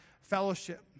fellowship